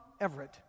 Everett